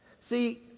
See